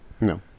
No